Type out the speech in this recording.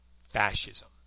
fascism